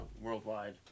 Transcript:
worldwide